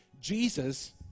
Jesus